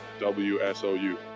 WSOU